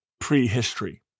prehistory